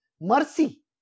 Mercy